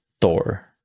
thor